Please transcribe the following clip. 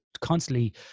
constantly